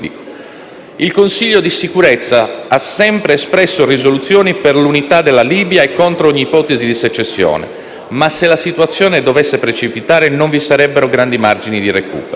Il Consiglio di sicurezza ha sempre espresso risoluzioni per l'unità della Libia e contro ogni ipotesi di secessione. Ma, se la situazione dovesse precipitare, non vi sarebbero grandi margini di recupero.